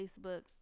Facebook